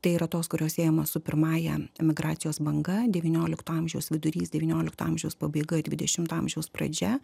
tai yra tos kurios siejamos su pirmąja emigracijos banga devyniolikto amžiaus vidurys devyniolikto amžiaus pabaiga dvidešimto amžiaus pradžia